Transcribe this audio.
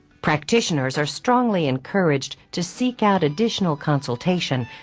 practitioners are strongly encouraged to seek out additional consultation,